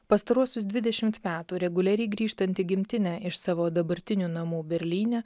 pastaruosius dvidešimt metų reguliariai grįžtanti į gimtinę iš savo dabartinių namų berlyne